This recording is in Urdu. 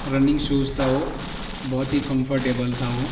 رننگ شوز تھا وہ بہت ہی کمفرٹیبل تھا وہ